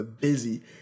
busy